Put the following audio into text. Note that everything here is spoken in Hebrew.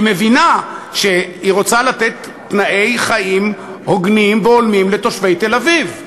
היא מבינה שהיא רוצה לתת תנאי חיים הוגנים והולמים לתושבי תל-אביב.